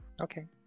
okay